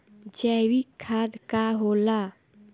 जैवीक खाद का होला?